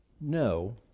No